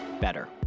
better